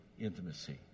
intimacy